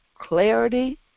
clarity